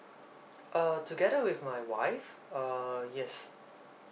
err together with my wife uh yes